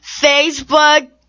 Facebook